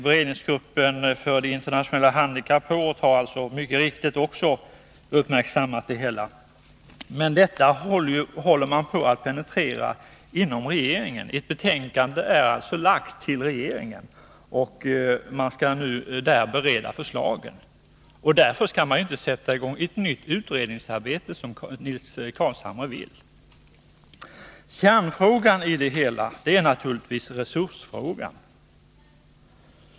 Beredningsgruppen för det internationella handikappåret har mycket riktigt också uppmärksammat det hela. Men detta håller man på att penetrera inom regeringen. Ett betänkande har lagts fram för regeringen, som nu skall bereda förslagen. Därför skall man inte sätta i gång ett nytt utredningsarbete, som Nils Carlshamre vill. Kärnfrågan är naturligtvis frågan om resurser.